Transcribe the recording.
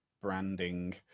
branding